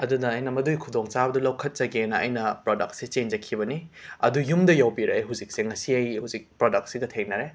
ꯑꯗꯨꯅ ꯑꯩꯅ ꯃꯗꯨꯒꯤ ꯈꯨꯗꯣꯡꯆꯥꯕꯗꯨ ꯂꯧꯈꯠꯆꯒꯦꯅ ꯑꯩꯅ ꯄ꯭ꯔꯣꯗꯛꯁꯤ ꯆꯦꯟꯖꯈꯤꯕꯅꯤ ꯑꯗꯣ ꯌꯨꯝꯗ ꯌꯧꯕꯤꯔꯛꯑꯦ ꯍꯧꯖꯤꯛꯁꯦ ꯉꯁꯤ ꯑꯩ ꯍꯧꯖꯤꯛ ꯄ꯭ꯔꯣꯗꯛꯁꯤꯗ ꯊꯦꯡꯅꯔꯦ